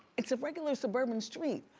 it's a regular suburban street.